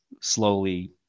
slowly